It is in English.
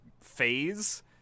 phase